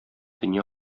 дөнья